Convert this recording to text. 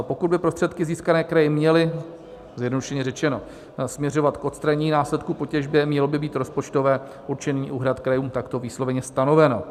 Pokud by prostředky získané kraji měly zjednodušeně řečeno směřovat k odstranění následků po těžbě, mělo by být rozpočtové určení úhrad krajů takto vysloveně stanoveno.